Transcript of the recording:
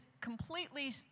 completely